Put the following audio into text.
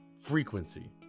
frequency